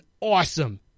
awesome